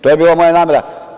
To je bila moja namera.